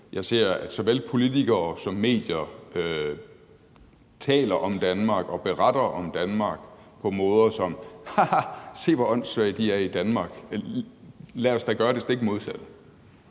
Jeg ser såvel politikere som medier tale om Danmark og berette om Danmark på måder, som handler om: Ha, ha, se, hvor åndssvage de er i Danmark – lad os da gøre det stik modsatte.